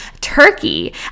Turkey